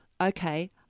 okay